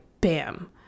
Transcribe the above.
bam